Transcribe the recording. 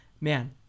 Man